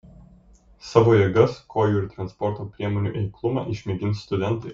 savo jėgas kojų ir transporto priemonių eiklumą išmėgins studentai